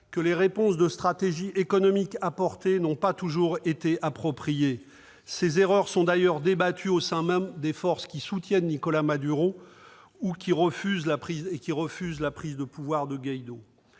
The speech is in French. en termes de stratégie économique n'ont pas toujours été appropriées. Ces erreurs sont d'ailleurs débattues au sein même des forces qui soutiennent Nicolás Maduro et refusent la prise de pouvoir de Juan